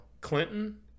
Clinton